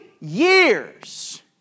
years